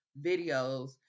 videos